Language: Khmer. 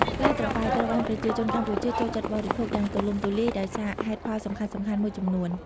ផ្លែត្របែក ត្រូវបានប្រជាជនកម្ពុជាចូលចិត្តបរិភោគយ៉ាងទូលំទូលាយដោយសារហេតុផលសំខាន់ៗមួយចំនួន។